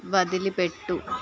వదిలిపెట్టు